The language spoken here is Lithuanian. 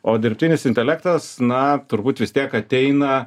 o dirbtinis intelektas na turbūt vis tiek ateina